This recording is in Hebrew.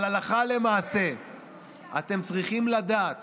אבל הלכה למעשה אתם צריכים לדעת